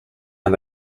and